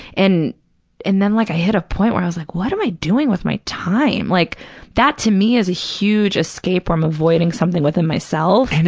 and and then like i hit a point where i was like, what am i doing with my time? like that, to me, is a huge escape from avoiding something within myself.